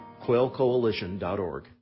quailcoalition.org